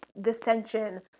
distension